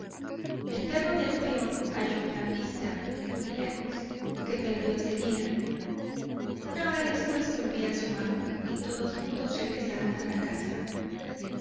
el perro del peón halló una pista muy lejos que perdió en seguida una hora después volvía a su amo y todos juntos regresaron a la casa